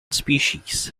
species